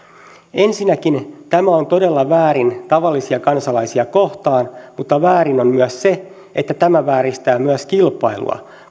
ensinnäkin tämä on todella väärin tavallisia kansalaisia kohtaan mutta väärin on myös se että tämä vääristää kilpailua